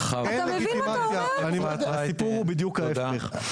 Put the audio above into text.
כן, זה הסיפור.